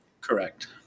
Correct